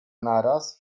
naraz